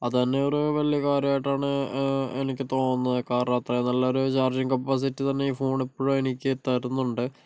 അത് തന്നെ ഒരു വലിയ കാര്യമായിട്ടാണ് എനിക്ക് തോന്നുന്നത് കാരണം അത്രയും നല്ലൊരു ചാർജിങ്ങ് കപ്പാസിറ്റി തന്നെ ഫോൺ ഇപ്പോഴും എനിക്ക് തരുന്നുണ്ട്